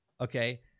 okay